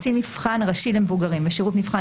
"קצין מבחן ראשי למבוגרים׳/ "שירות מבחן